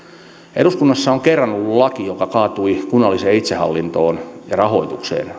eduskunnassa on kerran ollut laki joka kaatui kunnalliseen itsehallintoon ja rahoitukseen